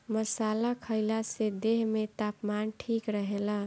मसाला खईला से देह में तापमान ठीक रहेला